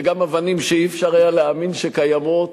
וגם אבנים שאי-אפשר היה להאמין שקיימות,